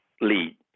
lead